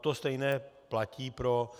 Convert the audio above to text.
To stejné platí pro